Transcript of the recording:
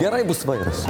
gerai bus vairas